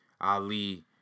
Ali